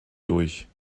durch